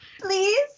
please